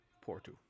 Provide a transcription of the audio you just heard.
Porto